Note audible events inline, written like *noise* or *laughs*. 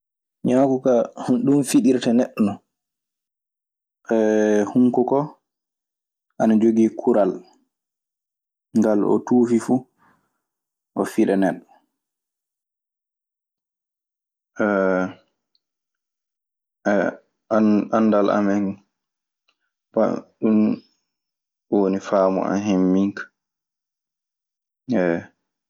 Ñaaku kaa, *laughs* ɗun fiɗirta neɗɗo non. *hesitation* hunko koo ana jogii kural ngal o tuufi fuu o fiɗa neɗɗo. *hesitation* Anndal amen, ɗun woni faamu an hen min ka.